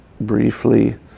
briefly